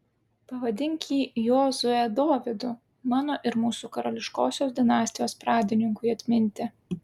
pavadink jį jozue dovydu mano ir mūsų karališkosios dinastijos pradininkui atminti